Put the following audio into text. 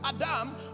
Adam